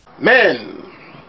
Men